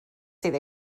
sydd